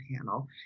panel